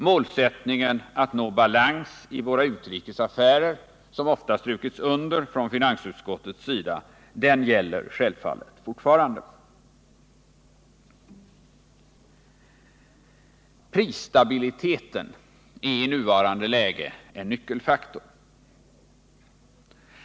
Målsättningen att nå balans i våra utrikesaffärer, som ofta strukits under från finansutskottets sida, gäller självfallet fortfarande. Prisstabiliteten är i nuvarande läge en nyckelfaktor.